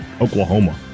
Oklahoma